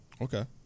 Okay